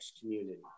community